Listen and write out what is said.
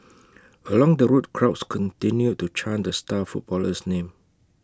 along the route crowds continued to chant the star footballer's name